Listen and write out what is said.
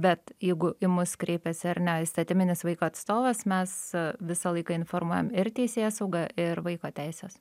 bet jeigu į mus kreipiasi ar ne įstatyminis vaiko atstovas mes visą laiką informuojam ir teisėsaugą ir vaiko teises